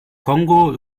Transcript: kongo